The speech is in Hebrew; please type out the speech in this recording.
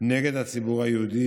נגד הציבור היהודי,